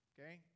Okay